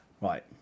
Right